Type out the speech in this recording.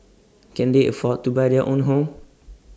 can they afford to buy their own home